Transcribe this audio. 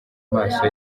maso